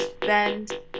bend